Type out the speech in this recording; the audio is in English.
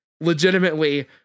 legitimately